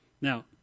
Now